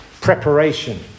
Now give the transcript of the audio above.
preparation